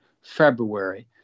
February